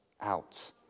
out